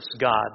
God